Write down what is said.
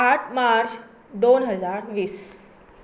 आठ मार्च दोन हजार वीस